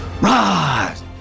rise